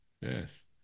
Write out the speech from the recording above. Yes